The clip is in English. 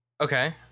okay